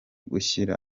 gushyira